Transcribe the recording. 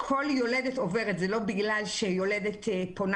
כל יולדת עוברת את זה ולא בגלל שיולדת פונה